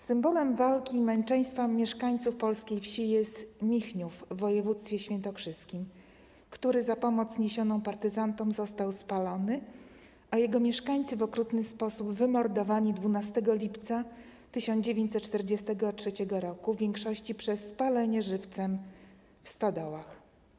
Symbolem walki i męczeństwa mieszkańców polskiej wsi jest Michniów w województwie świętokrzyskim, który za pomoc niesioną partyzantom został spalony, a jego mieszkańcy - w okrutny sposób wymordowani 12 lipca 1943 r., w większości przez spalenie żywcem w stodołach.